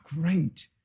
great